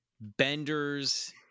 Bender's